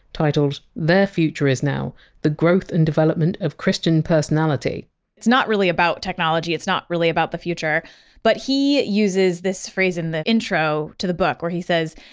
titled their future is now the growth and development of christian personality it's not really about technology, it's not really about the future but he uses this phrase in the intro to the book where he says,